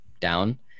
down